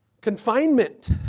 Confinement